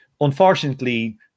unfortunately